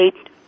eight